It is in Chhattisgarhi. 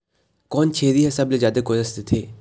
कोन छेरी हर सबले जादा गोरस देथे?